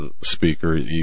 speaker